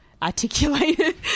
articulated